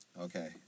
Okay